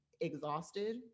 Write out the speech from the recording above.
Exhausted